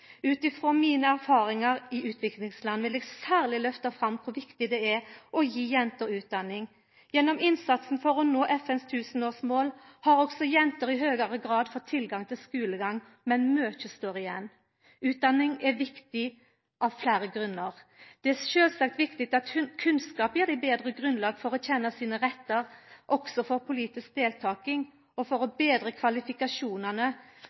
Ut frå mine erfaringar i utviklingsland vil eg særleg løfta fram kor viktig det er å gi jenter utdanning. Gjennom innsatsen for å nå FN sitt tusenårsmål har òg jenter i høgare grad fått tilgang til skulegang, men mykje står igjen. Utdanning er viktig av fleire grunnar. Det er sjølvsagt viktig at kunnskap gir dei betre grunnlag for å kjenna sine rettar, òg for politisk deltaking, og for